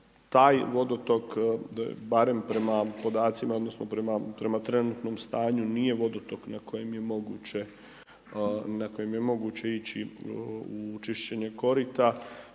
taj vodotok, barem prema podacima odnosno prema trenutnom stanju, nije vodotok na kojem je moguće ići u čišćenje korita